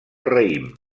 raïm